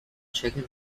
chicken